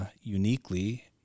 uniquely